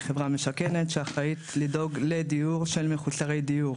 היא חברה משכנת שאחראית לדאוג לדיור של מחוסרי דיור.